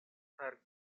her